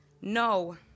No